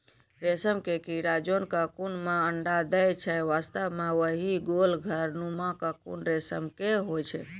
रेशम के कीड़ा जोन ककून मॅ अंडा दै छै वास्तव म वही गोल घर नुमा ककून रेशम के होय छै